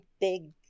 big